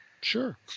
Sure